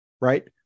right